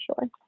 sure